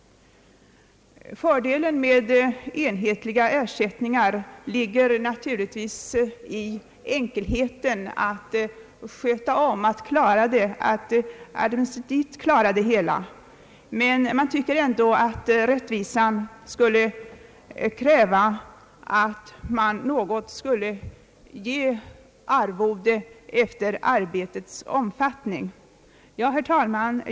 Fördelen med enhetliga ersättningar ligger naturligtvis i enkelheten att administrera det hela, men jag tycker ändå att rättvisan skulle kräva att arvode utmätes efter arbetets omfattning. Herr talman!